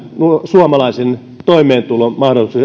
suomalaisen toimeentulomahdollisuuksia näillä ihmisillä on